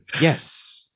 Yes